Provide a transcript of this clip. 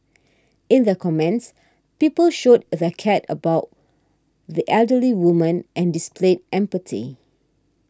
in their comments people showed they cared about the elderly woman and displayed empathy